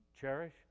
Cherish